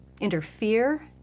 interfere